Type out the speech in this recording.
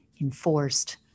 enforced